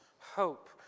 hope